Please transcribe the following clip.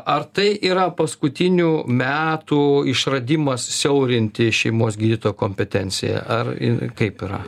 ar tai yra paskutinių metų išradimas siaurinti šeimos gydytojo kompetenciją ar kaip yra